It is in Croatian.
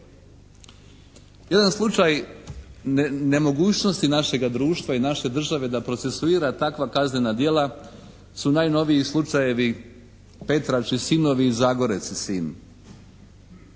Jedan slučaj nemogućnosti našega društva i naše države da procesuira takva kaznena djela su najnoviji slučajevi Petrač i sinovi i Zagorec i sin.